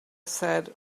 said